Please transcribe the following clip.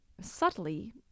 subtly